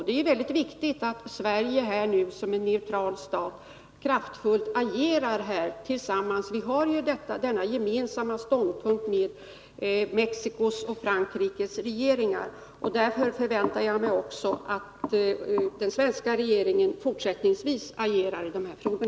Det är mycket viktigt att Sverige som en neutral stat kraftfullt agerar i detta sammanhang — vi har ju vår ståndpunkt gemensam med Mexicos och Frankrikes regeringar. Därför väntar jag mig att den svenska regeringen fortsättningsvis agerar i dessa frågor.